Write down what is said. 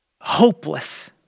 hopeless